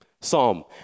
Psalm